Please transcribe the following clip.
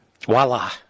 Voila